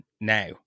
now